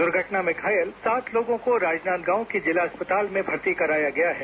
दुर्घटना में घायल सात लोगों को राजनांदगांव जिला अस्पताल में भर्ती कराया है